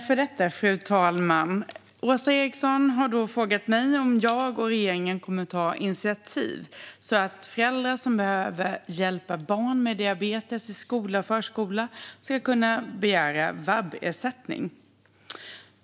Fru talman! Åsa Eriksson har frågat mig om jag och regeringen kommer att ta initiativ så att föräldrar som behöver hjälpa barn med diabetes i skola och förskola ska kunna begära vab-ersättning.